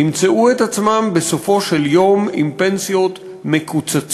ימצאו את עצמם בסופו של יום עם פנסיות מקוצצות,